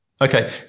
Okay